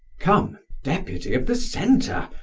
come, deputy of the centre,